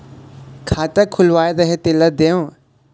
खाता खुलवाय रहे तेला देव?